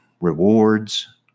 rewards